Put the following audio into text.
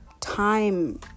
time